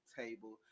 table